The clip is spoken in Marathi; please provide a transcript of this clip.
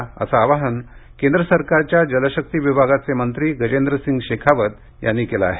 असं आवाहन केंद्र सरकारच्या जलशक्ती विभागाचे मंत्री गजेंद्रसिंग शेखावत यांनी केलं आहे